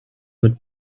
mit